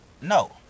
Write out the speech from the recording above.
No